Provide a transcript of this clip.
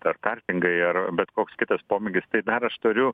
per kartingą ir bet koks kitas pomėgis tai dar ašturiu